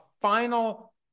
final